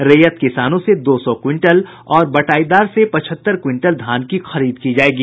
रैयत किसानों से दो सौ क्विंटल और बटाईदार से पचहत्तर क्विंटल धान की खरीद की जायेगी